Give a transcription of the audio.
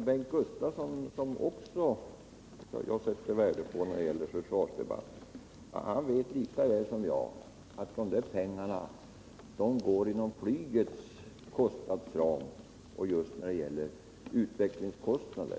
Bengt Gustavsson, vars inlägg jag sätter värde på i försvarsdebatten, vet lika väl som jag att dessa pengar går inom flygets kostnadsram just när det gäller utvecklingskostnader,